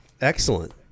Excellent